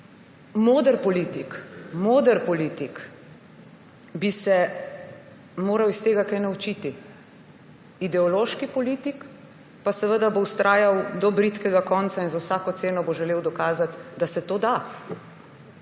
na Šrilanki. Moder politik bi se moral iz tega kaj naučiti, ideološki politik pa bo seveda vztrajal do bridkega konca in bo za vsako ceno želel dokazati, da se to da,